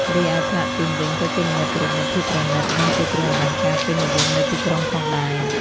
រីឯផ្លាទីនវិញក៏ជានិមិត្តរូបនៃភាពប្រណិត និងជាគ្រឿងអលង្ការពេញនិយមនៅទីក្រុងផងដែរ។